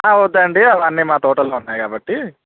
వద్దండి అవన్నీ మా తోటల్లో ఉన్నాయి కాబట్టి